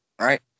right